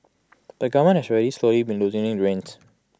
but government has slowly been loosening the reins